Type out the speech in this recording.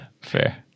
fair